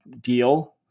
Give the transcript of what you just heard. deal